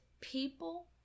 people